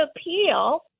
appeal